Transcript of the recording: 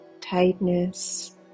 tightness